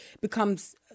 becomes